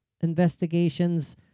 investigations